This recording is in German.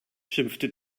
schimpfte